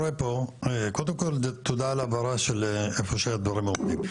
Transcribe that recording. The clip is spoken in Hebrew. קודם כל תודה על ההבהרה של איפה שהדברים עומדים,